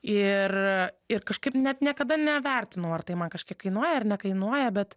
ir ir kažkaip net niekada nevertinau ar tai man kažkiek kainuoja ar nekainuoja bet